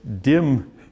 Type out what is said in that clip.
dim